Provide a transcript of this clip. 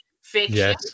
fiction